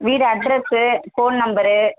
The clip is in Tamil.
வீடு அட்ரஸ்ஸு ஃபோன் நம்பரு